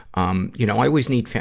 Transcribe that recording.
um you know, i always need fi,